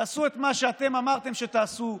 תעשו את מה שאתם אמרתם שתעשו,